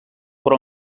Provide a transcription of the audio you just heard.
però